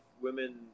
women